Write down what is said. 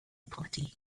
party